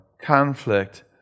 conflict